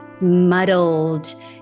muddled